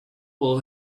will